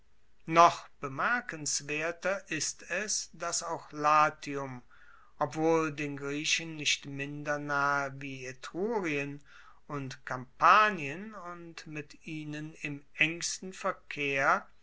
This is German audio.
noch bemerkenswerter ist es dass auch latium obwohl den griechen nicht minder nahe wie etrurien und kampanien und mit ihnen im engsten verkehr